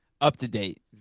Up-to-date